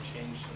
change